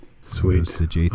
Sweet